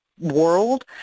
world